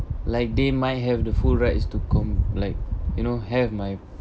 like they might have the full rights to comb like you know have my